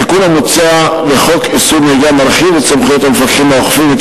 התיקון המוצע לחוק איסור נהיגה מרחיב את סמכויות המפקחים האוכפים את